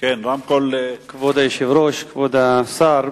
כבוד היושב-ראש, כבוד השר,